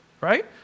right